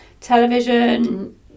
television